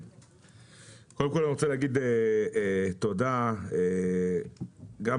קודם כל אני רוצה להגיד תודה גם לך,